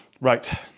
Right